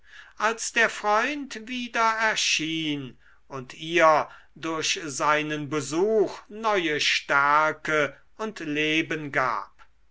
als der freund wieder erschien und ihr durch seinen besuch neue stärke und leben gab